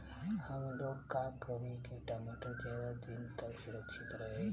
हमलोग का करी की टमाटर ज्यादा दिन तक सुरक्षित रही?